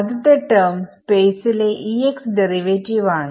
ആദ്യത്തെ term space ലെ derivative ആണ്